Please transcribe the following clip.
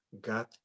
God